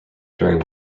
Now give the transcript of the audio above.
during